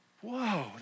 Whoa